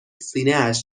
سینهاش